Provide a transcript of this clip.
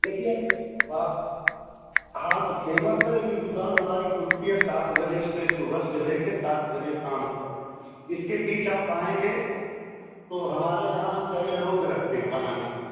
देखिए हाँ हाँ तो फेमस है लेकिन दुकान हमारी खुलती है सात बजे से सुबह से ले कर सात बजे शाम तक इसके बीच आप आएंगे तो हमारे यहाँ कई लोग रहते हैं बनाने वाले